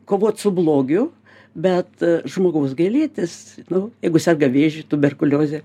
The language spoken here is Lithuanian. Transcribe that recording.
kovot su blogiu bet žmogaus gailėtis jeigu serga vėžiu tuberkulioze